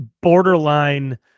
borderline